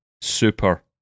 super